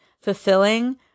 fulfilling